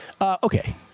Okay